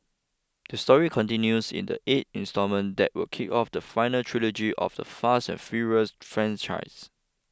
the story continues in the eight instalment that will kick off the final trilogy of the Fast and Furious franchise